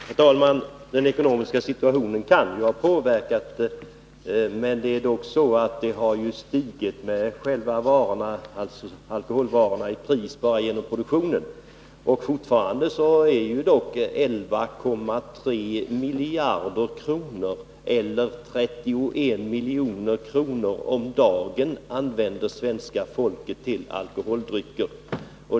Herr talman! Den ekonomiska situationen kan ha påverkat konsumtionsutvecklingen, men alkoholvarornas pris har inte stigit mer än priset på andra produkter. Fortfarande använder svenska folket 11,3 miljarder kronor om året eller 31 milj.kr. om dagen till alkoholdrycker.